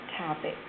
topic